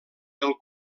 del